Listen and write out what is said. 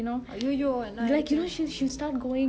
!aiyoyo!